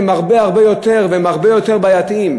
הם הרבה הרבה יותר, והם הרבה יותר בעייתיים.